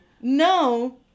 no